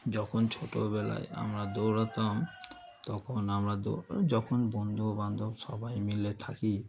যখন ছোটবেলায় আমরা দৌড়াতাম তখন আমরা দৌড় যখন বন্ধুবান্ধব সবাই মিলে থাকি